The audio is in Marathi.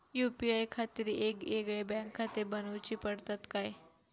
यू.पी.आय खातीर येगयेगळे बँकखाते बनऊची पडतात काय?